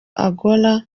agora